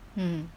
mm